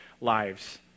lives